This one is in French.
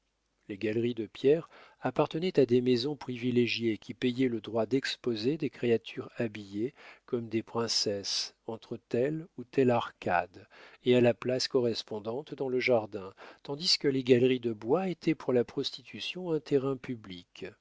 les galeries de pierre appartenaient à des maisons privilégiées qui payaient le droit d'exposer des créatures habillées comme des princesses entre telle ou telle arcade et à la place correspondante dans le jardin tandis que les galeries de bois étaient pour la prostitution un terrain public